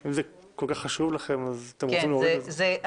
אם זה כל כך חשוב לכם ואתם רוצים להוריד, אז בסדר.